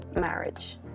marriage